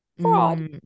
Fraud